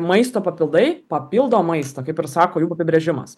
maisto papildai papildo maistą kaip ir sako jų apibrėžimas